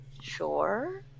sure